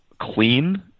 clean